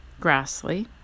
Grassley